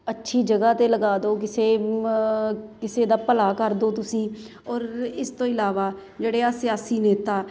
ਅੱਛੀ ਜਗ੍ਹਾ 'ਤੇ ਲਗਾ ਦਿਓ ਕਿਸੇ ਕਿਸੇ ਦਾ ਭਲਾ ਕਰ ਦਿਓ ਤੁਸੀਂ ਔਰ ਇਸ ਤੋਂ ਇਲਾਵਾ ਜਿਹੜੇ ਆ ਸਿਆਸੀ ਨੇਤਾ